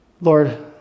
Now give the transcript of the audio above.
Lord